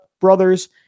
brothers